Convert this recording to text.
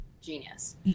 genius